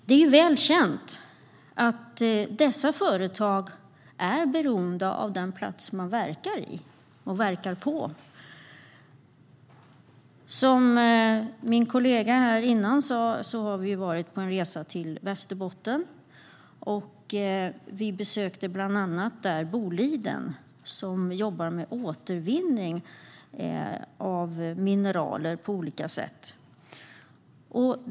Det är ju väl känt att dessa företag är beroende av den plats de verkar på. Som min kollega sa har vi varit på en resa till Västerbotten. Vi besökte bland annat Boliden, som jobbar med återvinning av mineraler på olika sätt.